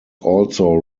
also